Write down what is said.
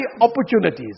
opportunities